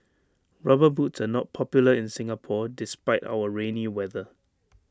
rubber boots are not popular in Singapore despite our rainy weather